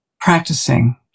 practicing